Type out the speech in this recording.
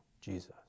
Jesus